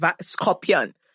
scorpion